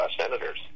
senators